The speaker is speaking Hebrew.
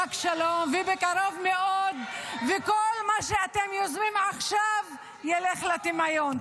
רק שלום ובקרוב מאוד ------- כל מה שאתם יוזמים עכשיו ילך לטמיון.